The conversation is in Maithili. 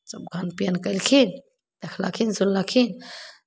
सभ खान पिअन कयलखिन देखलखिन सुनलखिन